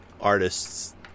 artists